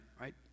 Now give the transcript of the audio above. Right